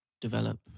develop